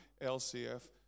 LCF